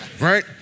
right